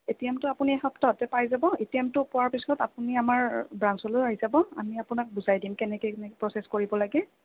এটিএমটো আপুনি এসপ্তাহতে পাই যাব এটিএমটো পোৱাৰ পিছত আপুনি আমাৰ ব্ৰাঞ্চলৈ আহি যাব আমি আপোনাক বুজাই দিম কেনেকৈ কেনেকৈ প্ৰ'চেছ কৰিব লাগে